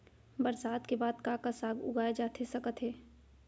बरसात के बाद का का साग उगाए जाथे सकत हे?